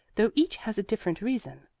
though each has a different reason.